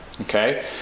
okay